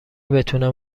بتونم